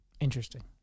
Interesting